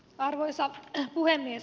arvoisa puhemies